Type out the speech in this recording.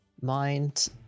mind